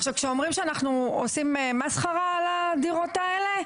כשאומרים שאנחנו עושים מסחרה על הדירות האלה,